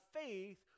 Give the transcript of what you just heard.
faith